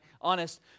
honest